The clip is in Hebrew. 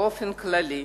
באופן כללי,